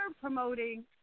promoting